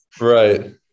Right